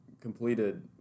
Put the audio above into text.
completed